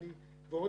אחד